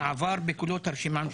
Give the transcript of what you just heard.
עבר בקולות הרשימה המשותפת.